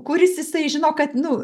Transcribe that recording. kuris jisai žino kad nu